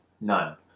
none